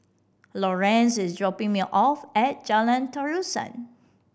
Lorenz is dropping me off at Jalan Terusan